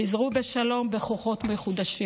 חזרו בשלום, בכוחות מחודשים.